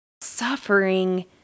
suffering